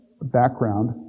background